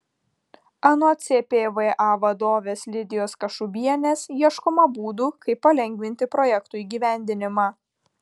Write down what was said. anot cpva vadovės lidijos kašubienės ieškoma būdų kaip palengvinti projektų įgyvendinimą